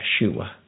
yeshua